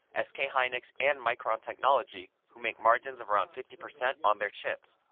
ah sk ah hynix and micron technology, who make margins of around fifty percent on their chips.